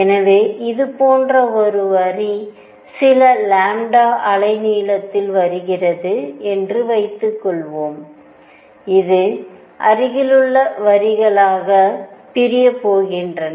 எனவே இது போன்ற ஒரு வரி சில லாம்ப்டா அலைநீளத்தில் வருகிறது என்று வைத்துக்கொள்வோம் இது அருகிலுள்ள வரிகளாகப் பிரிய போகிறது